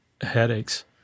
headaches